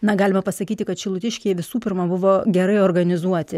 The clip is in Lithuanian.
na galima pasakyti kad šilutiškiai visų pirma buvo gerai organizuoti